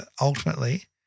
ultimately